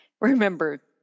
Remember